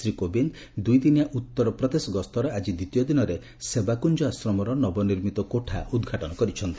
ଶ୍ରୀ କୋବିନ୍ଦ ଦୂଇଦିନିଆ ଉତ୍ତର ପ୍ରଦେଶ ଗସ୍ତର ଆକ୍ଟି ଦ୍ୱିତୀୟ ଦିନରେ ସେବାକୁଞ୍ଜ ଆଶ୍ରମର ନବନିର୍ମିତ କୋଠା ଉଦ୍ଘାଟନ କରିଚ୍ଛନ୍ତି